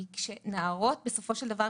נערות בסופו של דבר,